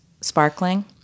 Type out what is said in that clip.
sparkling